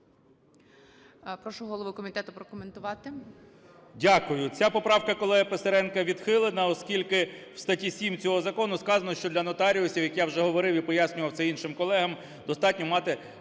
Прошу голову комітету прокоментувати.